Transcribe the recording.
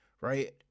right